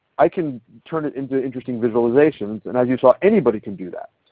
i can turn it into interesting visualizations. and as you saw anybody can do that.